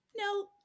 No